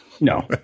No